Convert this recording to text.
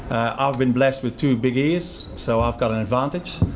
i've been blessed with two big ears, so i've got an advantage,